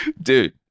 Dude